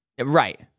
Right